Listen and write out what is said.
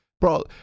Bro